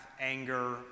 anger